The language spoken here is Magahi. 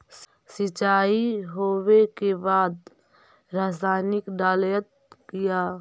सीचाई हो बे के बाद रसायनिक डालयत किया?